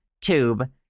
tube